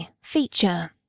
Feature